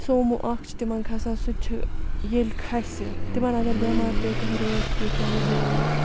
سوموٗ اَکھ چھِ تِمَن کھَسان سُہ تہِ چھِ ییٚلہِ کھَسہِ تِمَن اگر بٮ۪مار پیٚیہِ کانٛہہ رٲتھ کیُتھ چاہے دۄہلہِ